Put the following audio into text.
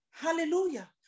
Hallelujah